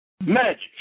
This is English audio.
magic